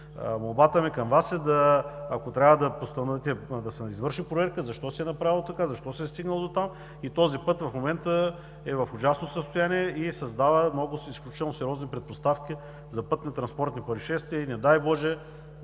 Молбата ми към Вас е: ако трябва да постановите да се извърши проверка защо се е направило така, защо се е стигнало дотам. Този път в момента е в ужасно състояние и създава изключително сериозни предпоставки за пътнотранспортни произшествия и – не дай Боже